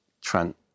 Trent